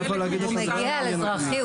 הוא מגיע על אזרחי.